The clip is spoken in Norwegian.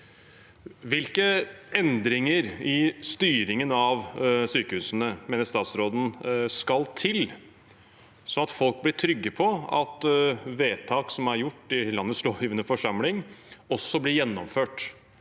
Hvilke endringer i styringen av sykehusene mener statsråden skal til, sånn at folk blir trygge på at vedtak som er gjort i landets lovgivende forsamling, også blir gjennomført